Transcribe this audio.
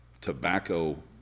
tobacco